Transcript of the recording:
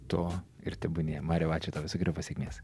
to ir tebūnie mariau ačiū tau visokeriopos sėkmės